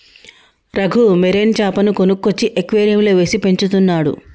Raghu marine చాపను కొనుక్కొచ్చి అక్వేరియంలో వేసి పెంచుతున్నాడు